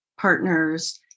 partners